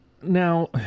now